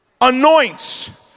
anoints